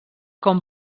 com